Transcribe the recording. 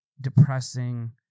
Depressing